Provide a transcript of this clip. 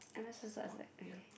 am I supposed to ask like okay